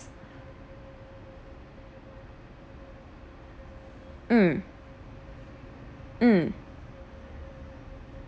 mm mm